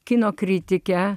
kino kritikę